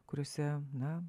kuriose na